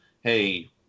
hey